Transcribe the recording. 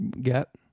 get